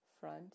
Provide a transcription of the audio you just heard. Front